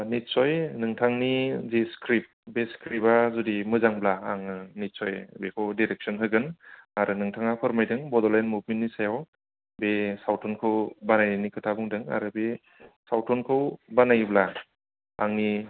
औ निच्सय नोंथांनि जि स्क्रिप्ट बे स्क्रिप्टआ जुदि मोजांब्ला आङो निच्सय बेखौ डिरेक्श'न होगोन आरो नोंथाङा फोरमायदों बड'लेण्ड मुभमेन्टनि सायाव बे सावथुनखौ बानायनायनि खोथा बुंदों आरो बे सावथुनखौ बानायोब्ला आंनि